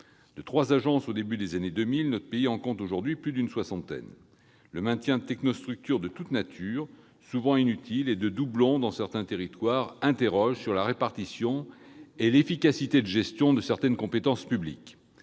trois agences au début des années 2000, en compte aujourd'hui plus d'une soixantaine. Le maintien de technostructures de toutes natures, souvent inutiles, et de doublons dans certains territoires suscite des interrogations quant à la répartition et à l'efficacité de la gestion de certaines compétences publiques.